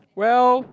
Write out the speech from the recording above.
well